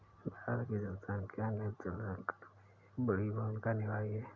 भारत की जनसंख्या ने जल संकट में एक बड़ी भूमिका निभाई है